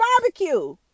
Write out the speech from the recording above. barbecue